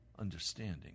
understanding